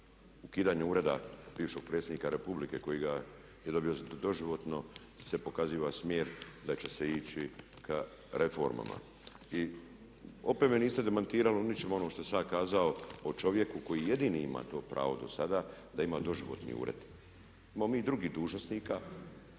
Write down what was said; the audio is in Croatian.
ukidanjem ureda bivšeg predsjednika Republike koji ga je dobio doživotno se pokazuje smjer da će se ići ka reformama. I opet me niste demantirali u ničemu onom što sam ja kazao o čovjeku koji jedini ima to pravo do sada da ima doživotni ured. Imamo mi i drugih dužnosnika